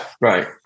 right